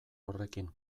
horrekin